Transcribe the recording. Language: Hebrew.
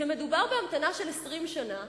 כשמדובר בהמתנה של 20 שנה,